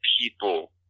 people